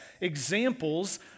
examples